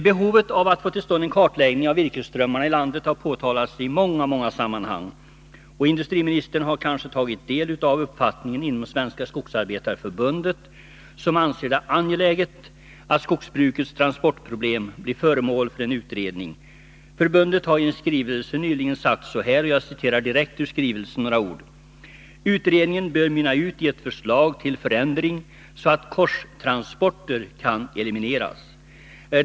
Behovet av att få till stånd en kartläggning av virkesströmmarna i landet har påtalats i många sammanhang, och industriministern har kanske tagit del av uppfattningen inom Svenska skogsarbetareförbundet, som anser det angeläget att skogsbrukets transportproblem blir föremål för en utredning. Förbundet har i en skrivelse nyligen sagt så här: ”Utredningen bör mynna ut i ett förslag till förändring, så att korstransporter kan elimineras.